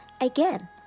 again